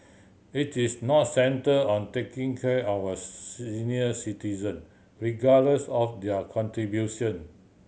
it is not centre on taking care of our senior citizen regardless of their contribution